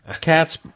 cats